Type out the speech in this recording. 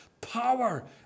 power